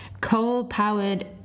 coal-powered